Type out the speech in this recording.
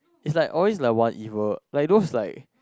it's like always like one evil like those like